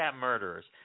murderers